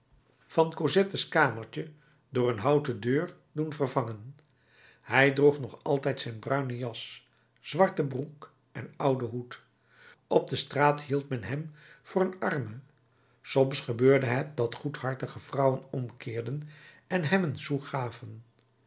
van cosettes kamertje door een houten deur doen vervangen hij droeg nog altijd zijn bruine jas zwarte broek en ouden hoed op de straat hield men hem voor een arme soms gebeurde het dat goedhartige vrouwen omkeerden en hem een sou gaven